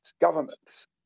governments